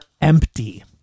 empty